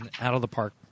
out-of-the-park